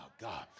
God